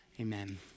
Amen